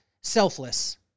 selfless